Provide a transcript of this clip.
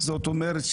זאת אומרת,